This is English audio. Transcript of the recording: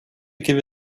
give